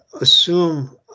assume